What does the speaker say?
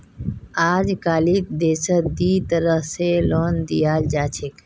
अजकालित देशत दी तरह स लोन दियाल जा छेक